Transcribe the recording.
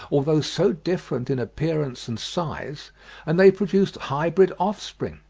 although so different in appearance and size and they produced hybrid offspring.